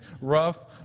rough